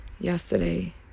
yesterday